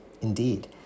indeed